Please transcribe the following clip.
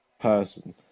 person